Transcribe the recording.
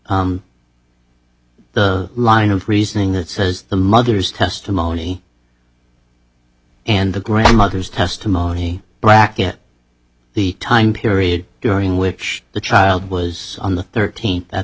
the line of reasoning that says the mother's testimony and the grandmother's testimony bracket the time period during which the child was on the thirteenth